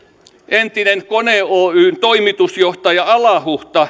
entinen kone oyjn toimitusjohtaja alahuhta kertoi